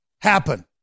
happen